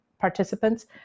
participants